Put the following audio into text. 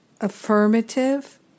affirmative